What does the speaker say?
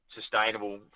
sustainable